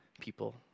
people